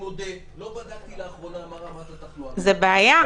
אני מודה שלא בדקתי לאחרונה מה רמת התחלואה --- זו בעיה.